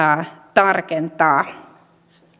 tarkentaa